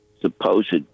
supposed